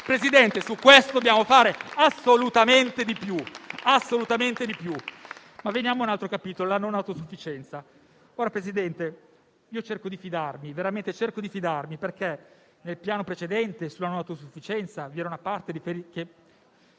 Presidente, su questo dobbiamo fare assolutamente di più. Veniamo al capitolo della non autosufficienza. Presidente, veramente cerco di fidarmi perché nel Piano precedente sulla non autosufficienza vi era una parte che